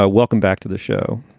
ah welcome back to the show.